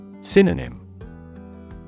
Synonym